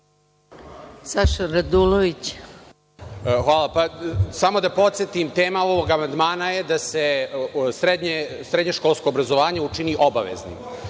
**Saša Radulović** Samo da podsetim, tema ovog amandmana je da se srednje školsko obrazovanje učini